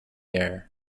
air